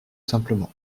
simplement